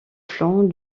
flancs